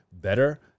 better